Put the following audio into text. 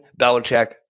Belichick